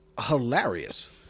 hilarious